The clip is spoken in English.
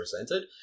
presented